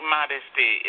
modesty